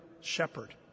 shepherd